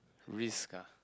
risk ah